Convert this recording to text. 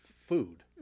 food